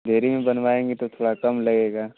देर में बनवाएँगे तो थोड़ा कम लगेगा